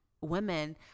women